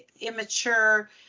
immature